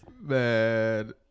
Man